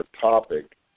topic